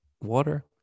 Water